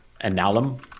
analum